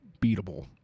beatable